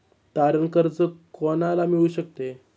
तारण कर्ज कोणाला मिळू शकते?